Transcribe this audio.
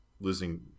losing